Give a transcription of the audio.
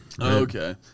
Okay